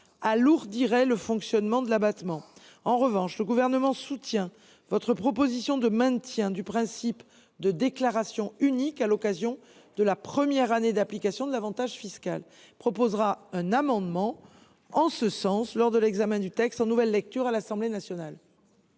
alourdirait le fonctionnement de l’abattement. En revanche, monsieur le sénateur, le Gouvernement soutient votre proposition de maintenir le principe de déclaration unique à l’occasion de la première année d’application de l’avantage fiscal. Il proposera un amendement en ce sens lors de l’examen du texte en nouvelle lecture à l’Assemblée nationale.